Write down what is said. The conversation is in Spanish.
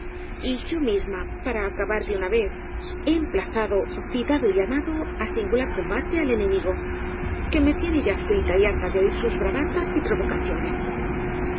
y yo misma para acabar de una vez he emplazado citado y llamado á singular comba te al enemigo que me tiene ya frita y harta de oir sus bravatas y provocaciones